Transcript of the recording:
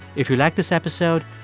if you like this episode,